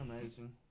amazing